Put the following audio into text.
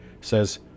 says